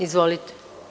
Izvolite.